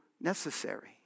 necessary